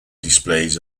displays